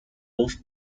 both